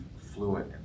fluent